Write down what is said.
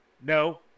no